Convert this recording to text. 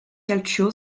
calcio